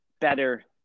better